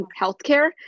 healthcare